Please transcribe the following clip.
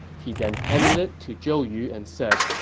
he then handed it to zhou yu and said,